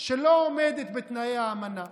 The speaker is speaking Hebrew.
שלא עומדת בתנאי האמנה?